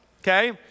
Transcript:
okay